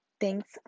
thanks